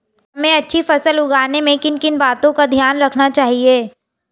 हमें अच्छी फसल उगाने में किन किन बातों का ध्यान रखना चाहिए?